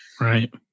Right